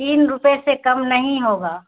تین روپے سے کم نہیں ہوگا